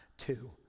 Two